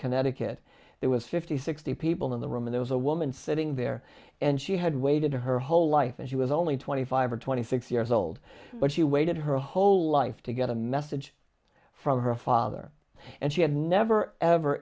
connecticut there was fifty sixty people in the room there was a woman sitting there and she had waited her whole life and she was only twenty five or twenty six years old but she waited her whole life to get a message from her father and she had never ever